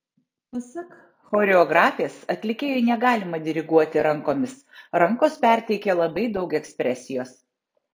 pasak choreografės atlikėjui negalima diriguoti rankomis rankos perteikia labai daug ekspresijos